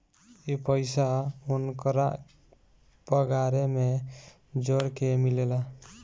ई पइसा ओन्करा पगारे मे जोड़ के मिलेला